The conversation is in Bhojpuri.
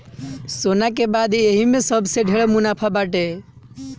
सोना के बाद यही में सबसे ढेर मुनाफा बाटे